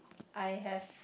I have